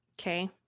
Okay